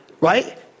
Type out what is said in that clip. right